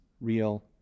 real